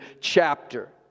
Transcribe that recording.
chapter